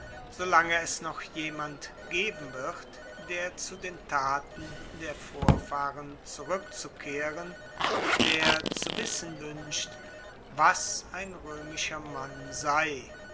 lange es noch jemand geben wird der zu den thaten der vorfahren zurückzukehren der zu wissen wünscht was ein römischer mann sei